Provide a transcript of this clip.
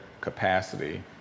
capacity